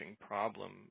problem